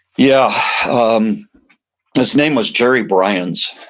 yeah. um his name was gerry briants.